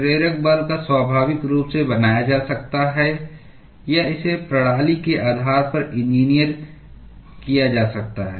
प्रेरक बल स्वाभाविक रूप से बनाया जा सकता है या इसे प्रणाली के आधार पर इंजीनियर किया जा सकता है